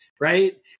right